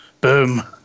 Boom